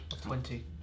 Twenty